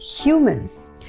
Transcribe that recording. humans